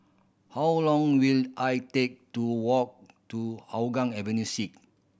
how long will I take to walk to Hougang Avenue Six